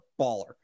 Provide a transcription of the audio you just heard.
baller